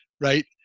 right